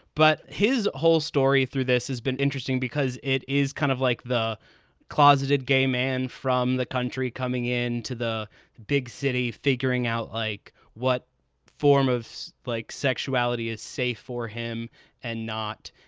but his whole story through this has been interesting because it is kind of like the closeted gay man from the country coming in to the big city, figuring out like what form of like sexuality is safe for him and not.